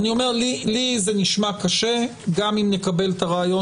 לי זה נשמע קשה גם אם נקבל את הרעיון